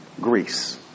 Greece